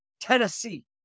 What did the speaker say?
Tennessee